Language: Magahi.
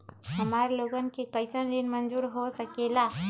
हमार लोगन के कइसन ऋण मंजूर हो सकेला?